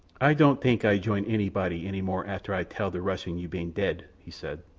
ay don't tank ay join anybody any more after ay tal the russian you ban dead, he said.